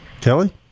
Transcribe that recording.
Kelly